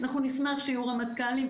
אנחנו נשמח שיהיו רמטכ"לים,